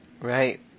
right